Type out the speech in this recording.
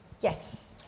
Yes